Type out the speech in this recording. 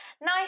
nice